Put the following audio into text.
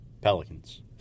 Pelicans